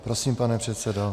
Prosím, pane předsedo.